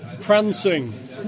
Prancing